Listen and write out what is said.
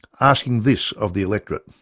asking this of the electorate